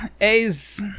A's